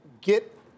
get